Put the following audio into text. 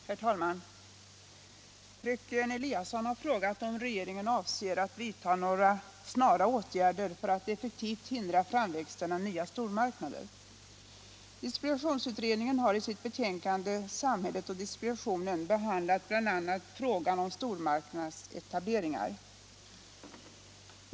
Herr talman! Fröken Eliasson har frågat om regeringen avser att vidta några snara åtgärder för att effektivt hindra framväxten av nya stor marknader. Distributionsutredningen har i sitt betänkande Samhället och distributionen behandlat bl.a. frågan om stormarknadsetableringar.